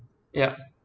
yup